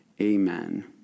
Amen